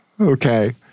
Okay